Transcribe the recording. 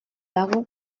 dago